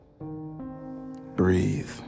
Breathe